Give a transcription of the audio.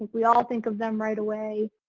we all think of them right away.